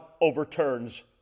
overturns